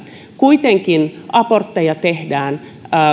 kuitenkin abortteja tehdään